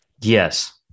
Yes